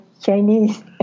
Chinese